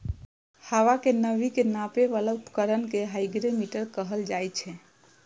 हवा के नमी के नापै बला उपकरण कें हाइग्रोमीटर कहल जाइ छै